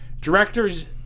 directors